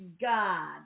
God